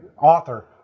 author